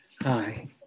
Hi